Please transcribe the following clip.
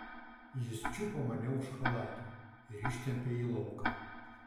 jis čiupo mane už chalato ir ištempė į lauką